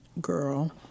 Girl